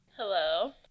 Hello